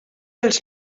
els